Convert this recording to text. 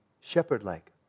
shepherd-like